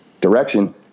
direction